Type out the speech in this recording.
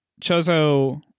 chozo